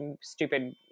stupid